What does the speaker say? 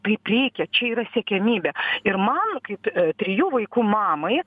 taip reikia čia yra siekiamybė ir man kaip trijų vaikų mamai